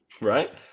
right